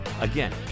Again